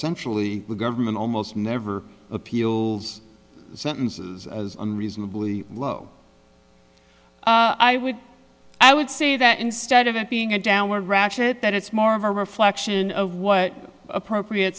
sentially the government almost never appeals sentences as unreasonably low i would i would say that instead of it being a downward ratchet that it's more of a reflection of what appropriate